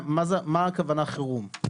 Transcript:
מה הכוונה חירום?